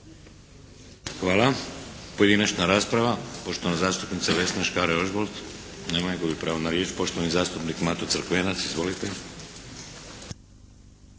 Hvala. Pojedinačna rasprava. Poštovana zastupnica Vesna Škare Ožbolt. Nema je. Gubi pravo na riječ. Poštovani zastupnik Mato Crkvenac. Izvolite.